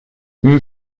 une